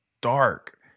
dark